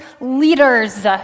leaders